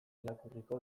irakurriko